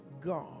God